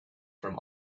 from